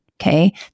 okay